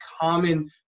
common